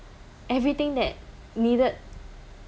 everything that needed